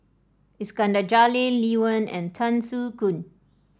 Iskandar Jalil Lee Wen and Tan Soo Khoon